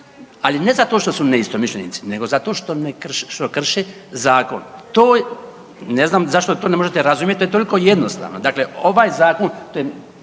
ali ne zato što su neistomišljenici nego zato što krše zakon. To, ne znam zašto to ne možete razumjeti, to je toliko jednostavno, dakle ovaj zakon, to je,